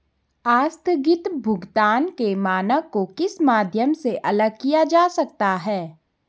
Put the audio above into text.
आस्थगित भुगतान के मानक को किस माध्यम से अलग किया जा सकता है?